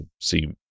see